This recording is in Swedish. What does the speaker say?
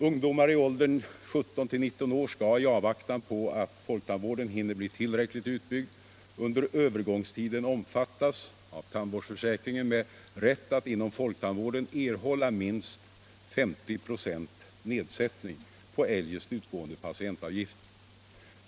Ungdomar i åldern 17-19 år skall, i avvaktan på att folktandvården hinner bli tillräckligt utbyggd, under övergångstiden omfattas av tandvårdsförsäkringen med rätt att inom folktandvården erhålla minst 50 24 nedsättning på eljest utgående patientavgifter.